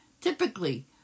Typically